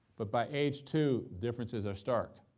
but by age two, differences are stark,